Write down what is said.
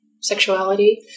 sexuality